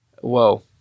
whoa